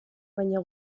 baina